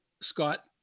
Scott